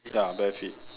ya bare feet